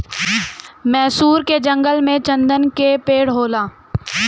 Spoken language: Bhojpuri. मैसूर के जंगल में चन्दन के पेड़ होला